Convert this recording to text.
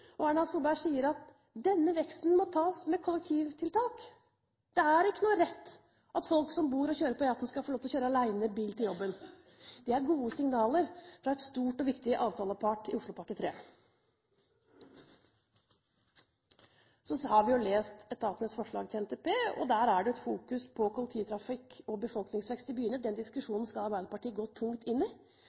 med Erna Solberg, men hun sier at denne veksten må tas med kollektivtiltak, det er ikke noen rettighet at folk som bor ved og kjører på E18, skal få lov til å kjøre alene i bil til jobben. Det er gode signaler fra en stor og viktig avtalepart i Oslopakke 3. Så har vi lest etatenes forslag til NTP. Der er det fokus på kollektivtrafikk og befolkningsvekst i byene. Den diskusjonen skal Arbeiderpartiet gå tungt inn i.